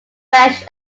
fresh